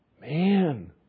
Man